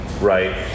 right